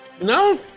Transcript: No